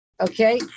Okay